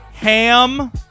Ham